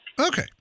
Okay